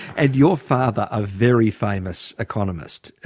and your father, a very famous economist,